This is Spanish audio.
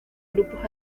grupos